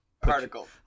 particle